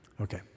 Okay